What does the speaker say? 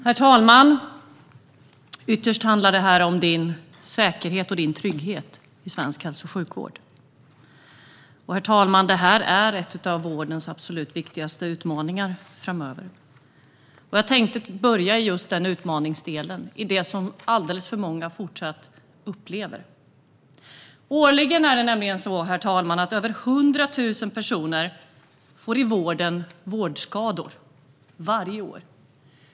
Herr talman! Ytterst handlar detta om säkerheten och tryggheten i svensk hälso och sjukvård. Det är en av vårdens absolut viktigaste utmaningar framöver. Jag tänkte börja med just utmaningsdelen, det som alldeles för många fortsatt upplever. Årligen är det över 100 000 personer som får vårdskador.